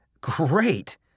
Great